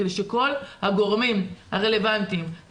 כדי שכל הגורמים הרלבנטיים,